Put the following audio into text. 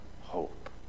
hope